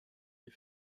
des